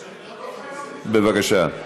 בבקשה.